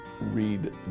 read